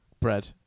bread